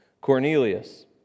Cornelius